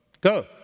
go